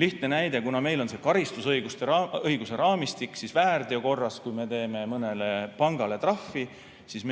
Lihtne näide: kuna meil on see karistusõiguse raamistik, siis väärteo korras, kui me teeme mõnele pangale trahvi,